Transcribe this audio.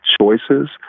choices